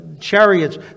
chariots